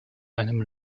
einem